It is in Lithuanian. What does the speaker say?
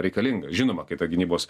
reikalinga žinoma kai ta gynybos